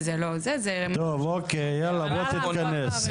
אוקיי, תתכנס.